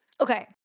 Okay